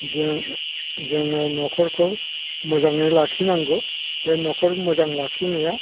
जों जोङो न'खरखौ मोजाङै लाखिनांगौ बे न'खर मोजां लाखिनाया